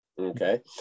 Okay